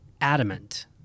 adamant